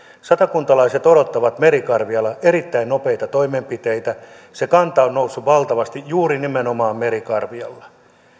satakuntalaiset odottavat merikarvialla erittäin nopeita toimenpiteitä se kanta on noussut valtavasti juuri nimenomaan merikarvialla